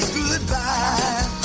goodbye